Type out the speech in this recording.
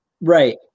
right